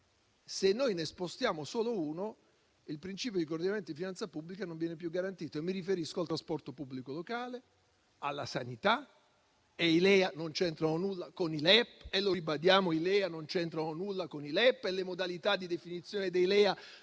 se ne spostiamo solo uno, il principio di coordinamento di finanza pubblica non viene più garantito. Mi riferisco al trasporto pubblico locale, alla sanità e ribadiamo che i LEA non c'entrano nulla con i LEP e le modalità di definizione dei LEA